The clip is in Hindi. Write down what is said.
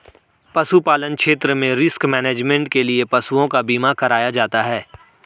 पशुपालन क्षेत्र में रिस्क मैनेजमेंट के लिए पशुओं का बीमा कराया जाता है